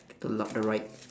K the left the right